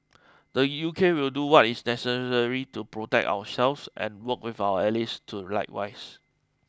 the U K will do what is necessary to protect ourselves and work with our allies to likewise